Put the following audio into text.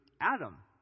Adam